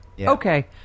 Okay